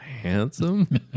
handsome